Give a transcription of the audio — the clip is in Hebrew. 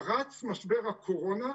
פרץ משבר הקורונה,